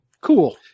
cool